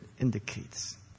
indicates